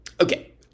Okay